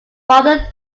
father